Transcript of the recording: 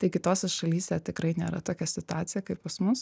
tai kitose šalyse tikrai nėra tokia situacija kaip pas mus